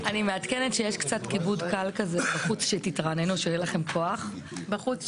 בחוץ, שתתרעננו, שיהיה לכם כוח.